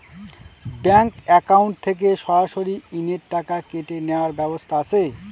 Bank account থেকে সরাসরি ঋণের টাকা কেটে নেওয়ার ব্যবস্থা আছে?